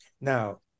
Now